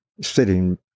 sitting